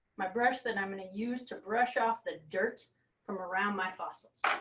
my brush that i'm going to use to brush off the dirt from around my fossils.